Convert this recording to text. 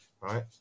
Right